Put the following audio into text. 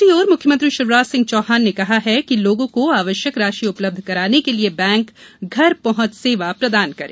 दूसरी ओर मुख्यमंत्री शिवराज सिंह चौहान ने कहा है कि लोगों को आवश्यक राशि उपलब्ध कराने के लिए बैंक घर पहुँच सेवा प्रदान करें